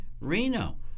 Reno